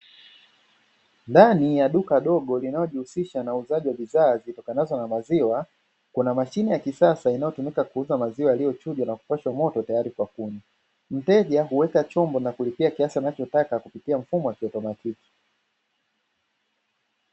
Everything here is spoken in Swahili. Ndani ya duka dogo linalojihusisha na uuzaji wa bidhaa zitokanazo na maziwa, kuna mashine ya kisasa inayotumika kuuza maziwa yaliyochujwa na kupashwa moto tayari kwa kunywa, mteja huweka chombo na kulipia kiasi anachotaka kupitia mfumo wa kiautomatiki.